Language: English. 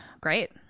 Great